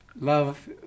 love